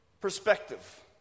perspective